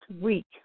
week